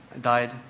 died